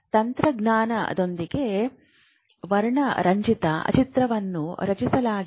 ತಂತ್ರಜ್ಞಾನದೊಂದಿಗೆ ವರ್ಣರಂಜಿತ ಚಿತ್ರವನ್ನು ರಚಿಸಲಾಗಿದೆ